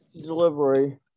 Delivery